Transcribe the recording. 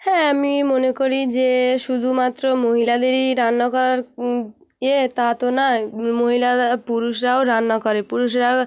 হ্যাঁ আমি মনে করি যে শুধুমাত্র মহিলাদেরই রান্না করার ইয়ে তা তো নয় মহিলারা পুরুষরাও রান্না করে পুরুষেরা